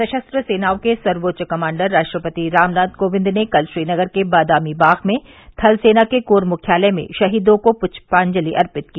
सशस्त्र सेनाओं के सर्वोच्च कमांडर राष्ट्रपति रामनाथ कोविंद ने कल श्रीनगर के बादामी बाग में थल सेना के कोर मुख्यालय में शहीदों को पुष्पांजलि अर्पित की